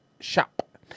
SHOP